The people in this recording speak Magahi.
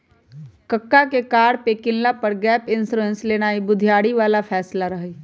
कक्का के कार के किनला पर गैप इंश्योरेंस लेनाइ बुधियारी बला फैसला रहइ